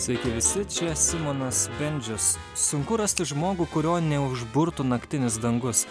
sveiki visi čia simonas bendžius sunku rasti žmogų kurio neužburtų naktinis dangus